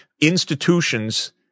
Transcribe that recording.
Institutions